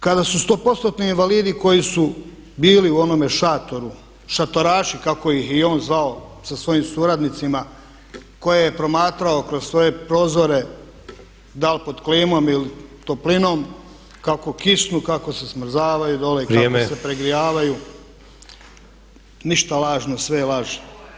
Kada su stopostotni invalidi koji su bili u onome šatoru, šatoraši kako ih je i on zvao sa svojim suradnicima koje je promatrao kroz svoje prozore da li pod klimom ili toplinom, kako kisnu, kako se smrzavaju dole, kako se pregrijavaju, ništa lažno, sve je laž.